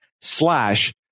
slash